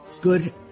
Good